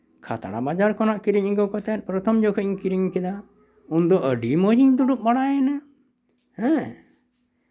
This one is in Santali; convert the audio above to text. ᱠᱷᱟᱛᱲᱟ ᱵᱟᱡᱟᱨ ᱠᱷᱚᱱᱟᱜ ᱠᱤᱨᱤᱧ ᱟᱹᱜᱩ ᱠᱟᱛᱮᱫ ᱯᱨᱚᱛᱷᱚᱢ ᱡᱚᱠᱷᱚᱡ ᱤᱧ ᱠᱤᱨᱤᱧ ᱠᱮᱫᱟ ᱩᱱᱫᱚ ᱟᱹᱰᱤ ᱢᱚᱡᱤᱧ ᱫᱩᱲᱩᱵ ᱵᱟᱲᱟᱭᱮᱱᱟ ᱦᱮᱸ